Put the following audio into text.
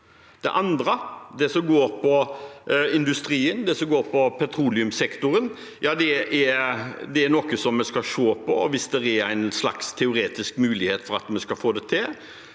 Det andre, det som handler om industrien, det som handler om petroleumssektoren, er noe vi skal se på, og hvis det er en slags teoretisk mulighet for at vi skal få det til,